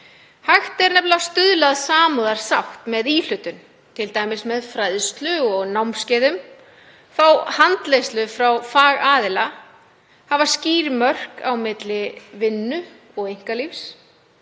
Hægt er að stuðla að samúðarsátt með íhlutun, t.d. með fræðslu og námskeiðum, fá handleiðslu frá fagaðila, hafa skýr mörk á milli vinnu og einkalífs,